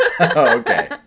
okay